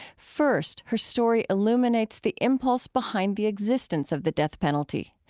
first, her story illuminates the impulse behind the existence of the death penalty,